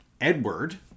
Edward